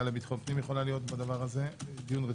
לביטחון פנים יכול להיות בדבר הזה -- בסדר,